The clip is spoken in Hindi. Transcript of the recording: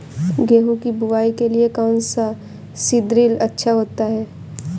गेहूँ की बुवाई के लिए कौन सा सीद्रिल अच्छा होता है?